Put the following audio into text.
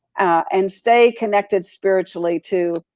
and stay connected spiritually to